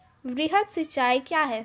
वृहद सिंचाई कया हैं?